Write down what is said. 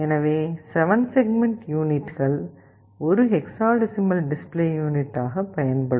எனவே 7 செக்மெண்ட் யூனிட்கள் ஒரு ஹெக்ஸாடெசிமல் டிஸ்ப்ளே யூனிட் ஆக பயன்படும்